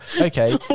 okay